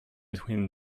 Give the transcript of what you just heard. between